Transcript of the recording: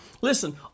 Listen